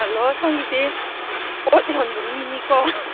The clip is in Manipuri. ꯍꯜꯂꯣ ꯁꯣꯝꯒꯤꯁꯤ ꯄꯣꯠ ꯌꯣꯟꯕ ꯃꯤꯅꯤꯀꯣ